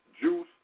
juice